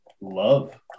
love